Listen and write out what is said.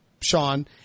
Sean